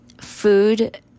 food